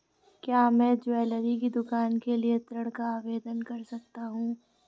क्या मैं ज्वैलरी की दुकान के लिए ऋण का आवेदन कर सकता हूँ?